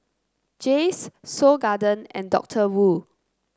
Jays Seoul Garden and Doctor Wu